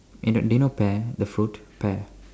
d~ do you know pear the fruit pear